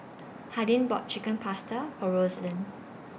Hardin bought Chicken Pasta For Roselyn